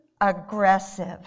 aggressive